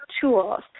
tools